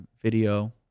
video